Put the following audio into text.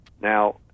Now